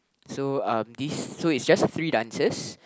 so um this so it's just three dancers